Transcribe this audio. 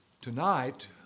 Tonight